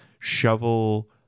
shovel